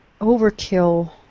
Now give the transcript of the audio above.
overkill